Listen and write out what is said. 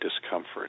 discomfort